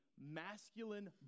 masculine